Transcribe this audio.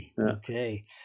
Okay